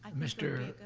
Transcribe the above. um mr.